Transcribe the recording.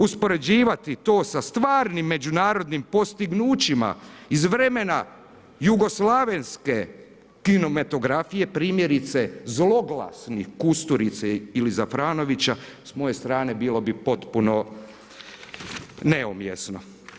Uspoređivati to sa stvarnim međunarodnim postignućima iz vremena jugoslavenske kinematografije, primjerice zloglasnih Kusturice ili Zafranovića, s moje strane bilo bi potpuno neumjesno.